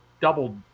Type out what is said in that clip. doubled